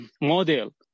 model